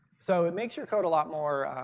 so it makes your code a lot more